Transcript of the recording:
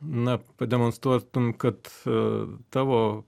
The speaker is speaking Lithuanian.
na pademonstruotum kad tavo